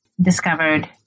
discovered